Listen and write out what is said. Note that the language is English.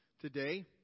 today